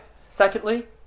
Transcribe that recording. Secondly